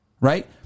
right